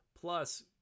plus